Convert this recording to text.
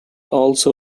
also